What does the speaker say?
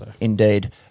Indeed